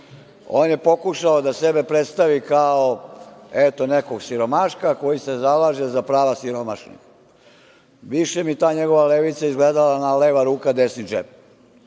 On je pokušao da sebe predstavi kao nekog siromaška koji se zalaže za prava siromašnih. Više mi je ta njegova Levica izgledala na - leva ruka desni džep. Hajde